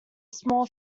small